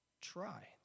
Try